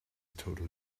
total